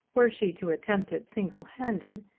were she to attempt it single-handed,